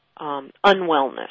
unwellness